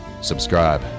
subscribe